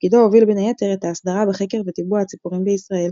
בתפקידו הוביל בין היתר את האסדרה בחקר וטיבוע הציפורים בישראל,